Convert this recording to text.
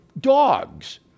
dogs